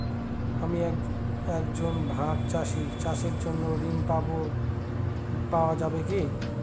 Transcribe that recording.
আমি একজন ভাগ চাষি চাষের জন্য ঋণ পাওয়া যাবে কি?